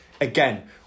again